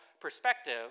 perspective